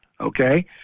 Okay